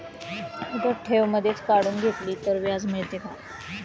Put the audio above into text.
मुदत ठेव मधेच काढून घेतली तर व्याज मिळते का?